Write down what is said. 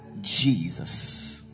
Jesus